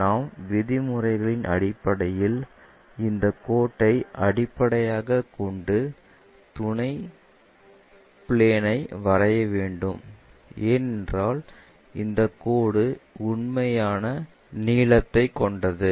நம் விதிமுறைகளின் அடிப்படையில் இந்த கோட்டை அடிப்படையாகக் கொண்டு துணை கிளேன் ஐ வரைய வேண்டும் ஏனென்றால் இந்த கோடு உண்மையான நீலத்தை கொண்டது